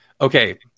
Okay